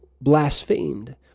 blasphemed